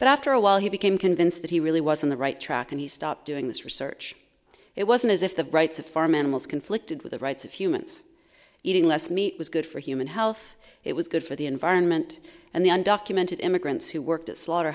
but after a while he became convinced that he really was on the right track and he stopped doing this research it wasn't as if the rights of farm animals conflicted with the rights of humans eating less meat was good for human health it was good for the environment and the undocumented immigrants who worked at slaughter